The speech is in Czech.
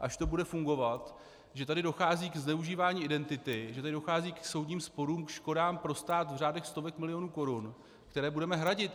až to bude fungovat, že tady dochází k zneužívání identity, že tady dochází k soudním sporům, škodám pro stát v řádech stovek milionů korun, které budeme hradit.